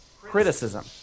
criticism